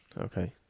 Okay